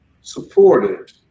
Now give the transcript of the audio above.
supported